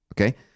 Okay